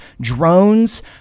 drones